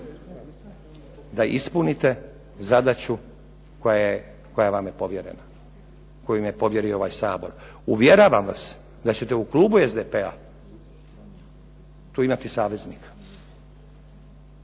da ispunite zadaću koja vam je povjerena, koju vam je povjerio ovaj Sabor. Uvjeravam vas da ćete u klubu SDP-a tu imati saveznika.